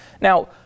Now